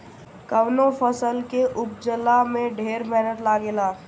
कवनो फसल के उपजला में ढेर मेहनत लागेला